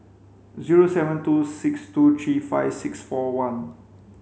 zero seven two six two three five six four one